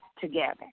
together